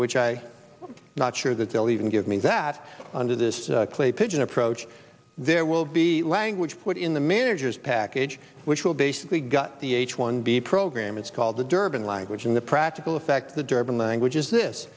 which i not sure that they will even give me that under this clay pigeon approach there will be language put in the manager's package which will basically got the h one b program it's called the durban language in the practical effect the durbin language is this